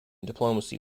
diplomacy